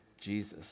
Jesus